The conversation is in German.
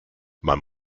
man